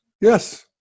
yes